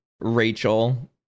Rachel